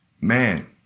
man